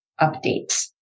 updates